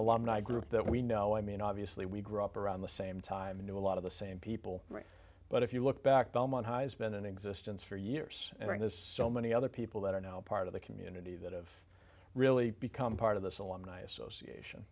alumni group that we know i mean obviously we grew up around the same time you know a lot of the same people but if you look back belmont has been in existence for years and there's so many other people that are now part of the community that have really become out of the salon association